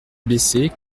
baissé